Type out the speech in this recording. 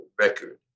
record